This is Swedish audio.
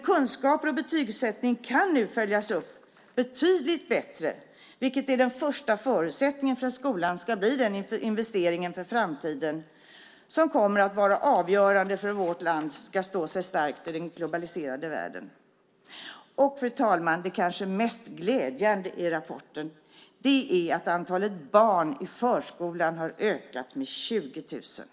Kunskaper och betygssättning kan nu följas upp betydligt bättre, vilket är den första förutsättningen för att skolan ska bli den investering för framtiden som kommer att vara avgörande för att vårt land ska stå sig starkt i den globaliserade världen. Fru talman! Det kanske mest glädjande i rapporten är att antalet barn i förskolan har ökat med 20 000.